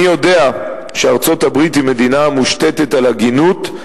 אני יודע שארצות-הברית היא מדינה המושתתת על הגינות,